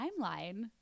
timeline